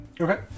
Okay